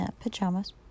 Pajamas